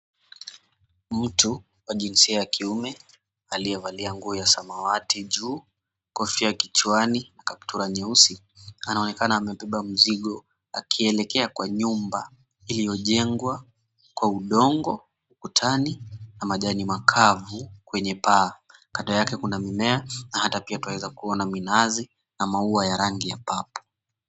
Mtu wa jinsia ya kiume aliyevalia nguo ya samawati juu, kofia kichwani, kaptura nyeusi anaonekana amebeba mzigo akielekea kwa nyumba iliyojengwa kwa udongo ukutani na majani makavu kwenye paa kando yake kuna mimea na hata pia twaweza kuona minazi na maua ya rangi ya {cs}purple{cs}.